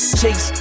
chase